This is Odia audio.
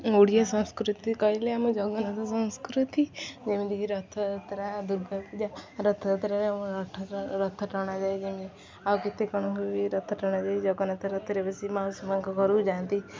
ଓଡ଼ିଆ ସଂସ୍କୃତି କହିଲେ ଆମ ଜଗନ୍ନାଥ ସଂସ୍କୃତି ଯେମିତିକି ରଥଯାତ୍ରା ଦୁର୍ଗା ପୂଜା ରଥଯାତ୍ରାରେ ଆମ ରଥ ରଥ ଟଣାଯାଏ ଯେମିତି ଆଉ କେତେ କ'ଣ ବି ରଥ ଟଣାଯାଏ ଜଗନ୍ନାଥ ରଥରେ ବସି ମାଉସୀ ମାଆଙ୍କ ଘରକୁ ଯାଆନ୍ତି